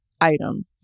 Item